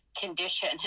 condition